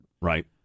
Right